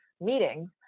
meetings